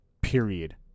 period